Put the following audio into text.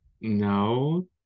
No